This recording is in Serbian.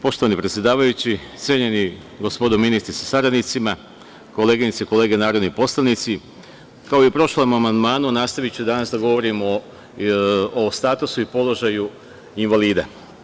Poštovani predsedavajući, cenjeni gospodo ministri sa saradnicima, koleginice i kolege narodni poslanici, kao i u prošlom amandmanu nastaviću danas da govorim i o statusu i položaju invalida.